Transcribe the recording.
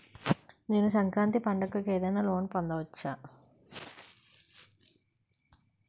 నేను సంక్రాంతి పండగ కు ఏదైనా లోన్ పొందవచ్చా?